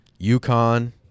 UConn